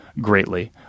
greatly